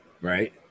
Right